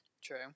True